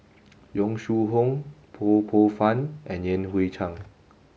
Yong Shu Hoong Ho Poh Fun and Yan Hui Chang